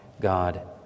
God